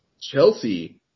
Chelsea